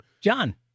John